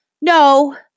no